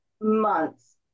months